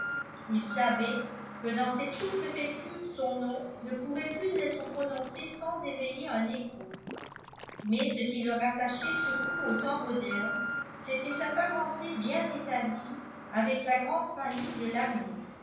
il savait que dans cette sous-préfecture son nom ne pourrait plus être prononcé sans éveiller un écho mais ce qui le rattachait surtout au temps moderne c'était sa parenté bien établie avec la grande famille de l'armée